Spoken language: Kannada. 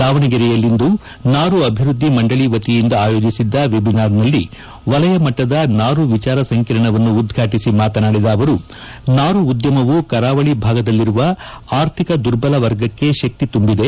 ದಾವಣಗೆರೆಯಲ್ಲಿಂದು ನಾರು ಅಭಿವೃದ್ದಿ ಮಂಡಳಿ ವತಿಯಿಂದ ಆಯೋಜಿಸಿದ್ದ ವೆಬಿನಾರ್ನಲ್ಲಿ ವಲಯ ಮಟ್ಟದ ನಾರು ವಿಚಾರ ಸಂಕಿರಣವನ್ನು ಉದ್ವಾಟಿಸಿ ಮಾತನಾಡಿದ ಅವರು ನಾರು ಉದ್ಯಮವು ಕರಾವಳಿ ಭಾಗದಲ್ಲಿರುವ ಆರ್ಥಿಕ ದುರ್ಬಲ ವರ್ಗಕ್ಕೆ ಶಕ್ತಿ ತುಂಬಿದೆ